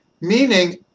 meaning